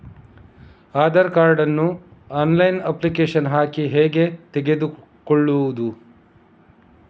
Aadhaar card ನ್ನು online application ಹಾಕಿ ಹೇಗೆ ತೆಗೆದುಕೊಳ್ಳುವುದು?